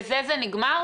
בזה זה נגמר?